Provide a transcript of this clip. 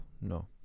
no